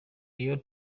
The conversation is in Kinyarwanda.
royal